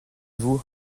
vous